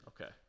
Okay